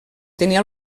tenia